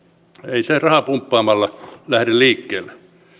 ei se raha pumppaamalla lähde liikkeelle